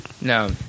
No